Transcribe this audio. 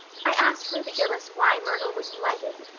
i asked ruby gillis why myrtle was blighted,